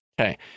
Okay